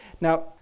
Now